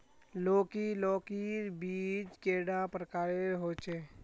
लौकी लौकीर बीज कैडा प्रकारेर होचे?